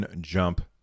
Jump